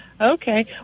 Okay